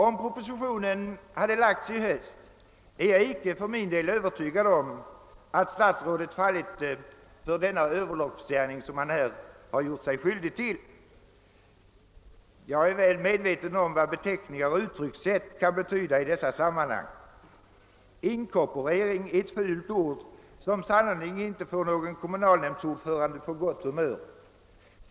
Jag är för min del inte övertygad om att statsrådet, om propositionen hade lagts fram i höst, hade fallit för frestelsen att begå den överloppsgärning som han nu gjort sig skyldig till, även om jag är väl medveten om vad beteckningar och uttryckssätt kan betyda. Inkorporering är ett fult ord, som sannerligen inte får någon kommunalnämndsordförande på gott humör.